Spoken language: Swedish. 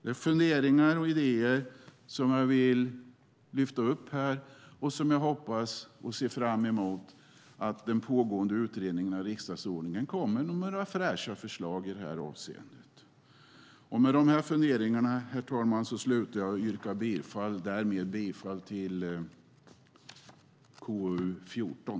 Det är funderingar och idéer som jag vill lyfta fram. Jag hoppas och ser fram emot att den pågående utredningen av riksdagsordningen kommer med några fräscha förslag i det här avseendet. Herr talman! Jag yrkar bifall till förslaget i utlåtande KU14.